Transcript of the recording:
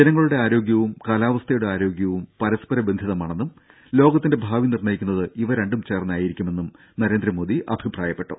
ജനങ്ങളുടെ ആരോഗ്യവും കാലാവസ്ഥയുടെ ആരോഗ്യവും പരസ്പരബന്ധിതമാണെന്നും ലോകത്തിന്റെ ഭാവി നിർണയിക്കുന്നത് ഇവ രണ്ടും ചേർന്നായിരിക്കുമെന്നും നരേന്ദ്രമോദി അഭിപ്രായപ്പെട്ടു